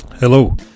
Hello